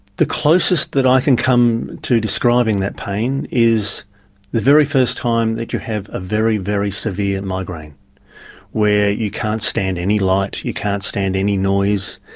the closest i can come to describing that pain is the very first time that you have a very, very severe and migraine where you can't stand any light, you can't stand any noise,